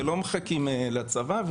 ולא מחכים לצבא,